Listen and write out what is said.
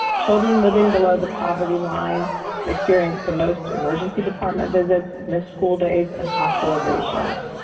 children living below the poverty line experience the most emergency department visits, missed school days and hospitalization.